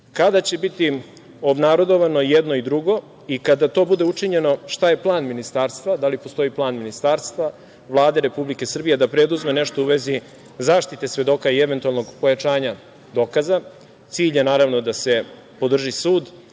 Kada će biti obnarodovano i jedno i drugo i kada to bude učinjeno, šta je plan Ministarstva, da li postoji plan Ministarstva i Vlade Republike Srbije da preduzme nešto u vezi zaštite svedoka i eventualnog pojačanja dokaza? Cilj je, naravno, da se podrži sud,